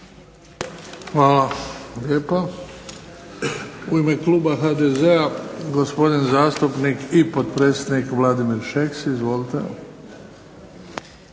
Hvala lijepa. U ime kluba HDZ-a gospodin zastupnik i potpredsjednik Vladimir Šeks. Izvolite.